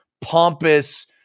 pompous